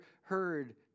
heard